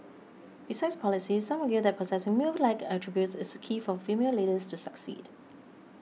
besides policies some argue that possessing male like attributes is a key for female leaders to succeed